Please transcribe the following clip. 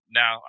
now